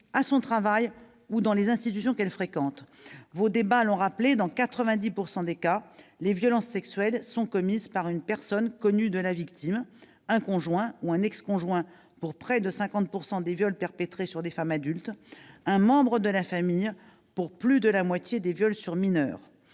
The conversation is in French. à son travail ou dans les institutions qu'elle fréquente. Cela a été rappelé, dans 90 % des cas, les violences sexuelles sont commises par une personne connue de la victime : le conjoint ou l'ex-conjoint pour près de 50 % des viols perpétrés sur des femmes adultes, un membre de la famille pour plus de la moitié des viols sur mineur.